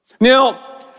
Now